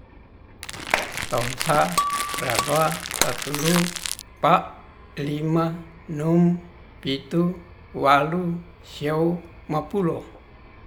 Tounsa, rara, tatulung, ta' lima, num, pitu. walu, siau, mapuro